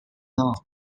now